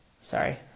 Sorry